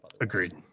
Agreed